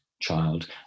child